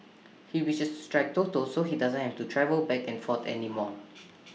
he wishes to strike Toto so he doesn't have to travel back and forth anymore